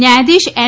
ન્યાયાધિશ એન